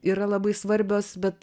yra labai svarbios bet